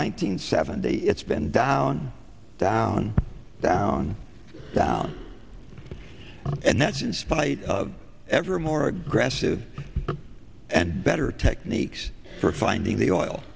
hundred seventy it's been down down down down and that's in spite of ever more aggressive and better techniques for finding the oil